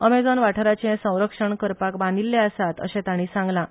अमॅझोन वाठाराचें संरक्षण करपाक बांधिल्ले आसात अशें ताणी सांगलां